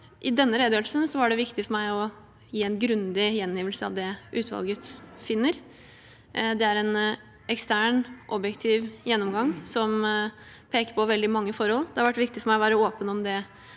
i denne redegjørelsen var det viktig for meg å gi en grundig gjengivelse av det utvalget finner. Det er en ekstern, objektiv gjennomgang som peker på veldig mange forhold. Det har vært viktig for meg å være åpen om det